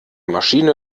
maschine